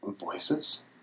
voices